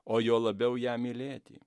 o juo labiau ją mylėti